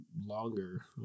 longer